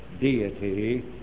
deity